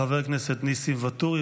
חבר הכנסת ניסים ואטורי.